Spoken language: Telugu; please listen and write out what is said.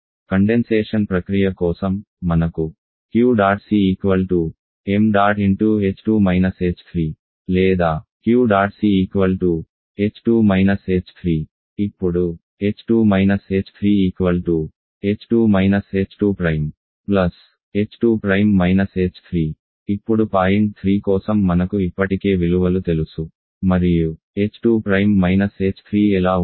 కండెన్సేషన్ ప్రక్రియ కోసం మనకు Q̇̇C ṁ లేదా q̇̇C ఇప్పుడు ఇప్పుడు పాయింట్ 3 కోసం మనకు ఇప్పటికే విలువలు తెలుసు మరియు h2 h3 ఎలా ఉంటుంది